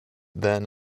then